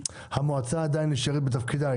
המועצה עדיין נשארת בתפקידה.